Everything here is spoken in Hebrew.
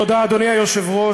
תודה, אדוני היושב-ראש.